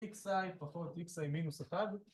XI פחות XI מינוס אחד